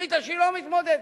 החליטה שהיא לא מתמודדת,